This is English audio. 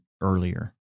earlier